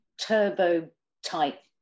turbo-type